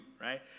right